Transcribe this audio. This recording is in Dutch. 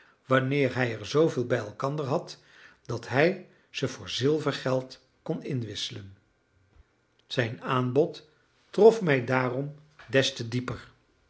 wanneer hij er zooveel bij elkander had dat hij ze voor zilvergeld kon inwisselen zijn aanbod trof mij daarom des te dieper